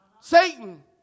Satan